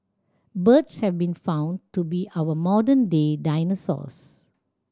birds have been found to be our modern day dinosaurs